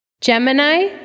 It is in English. Gemini